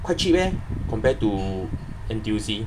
quite cheap leh compared to N_T_U_C